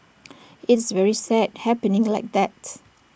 it's very sad happening like that